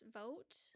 vote